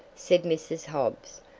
said mrs. hobbs,